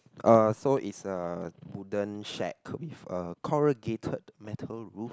uh so is a wooden shack with a corrugated metal roof